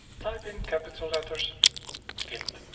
type in capitol letters gimp.